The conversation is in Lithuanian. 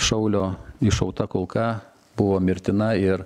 šaulio iššauta kulka buvo mirtina ir